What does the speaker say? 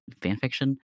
fanfiction